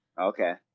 Okay